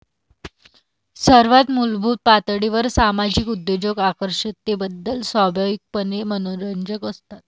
सर्वात मूलभूत पातळीवर सामाजिक उद्योजक आकर्षकतेबद्दल स्वाभाविकपणे मनोरंजक असतात